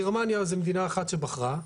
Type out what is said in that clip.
גרמניה זו מדינה אחת שבחרה.